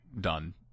done